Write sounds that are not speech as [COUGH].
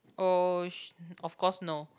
oh [NOISE] of course no